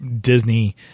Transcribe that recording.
Disney